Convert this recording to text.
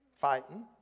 fighting